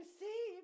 see